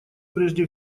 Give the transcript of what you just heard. прежде